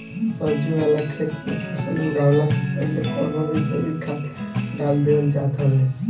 सब्जी वाला खेत में फसल उगवला से पहिले कवनो भी जैविक खाद डाल देहल जात हवे